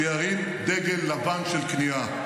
שירים דגל לבן של כניעה.